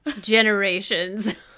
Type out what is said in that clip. generations